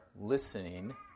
listening